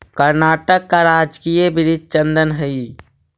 कर्नाटक का राजकीय वृक्ष चंदन हई